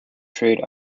trade